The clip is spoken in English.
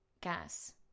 gas